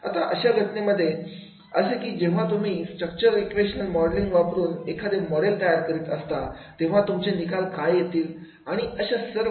आता अशा घटनेमध्ये असे की जेव्हा तुम्ही स्ट्रक्चरल इक्वेशन मॉडेलिंग वापरून एखादा मॉडेल तयार करीत असता तेव्हा तुमचे निकाल काय येतील आणि अशी सर्व